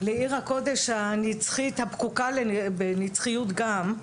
לעיר הקודש הנצחית, הפקוקה בנצחיות גם,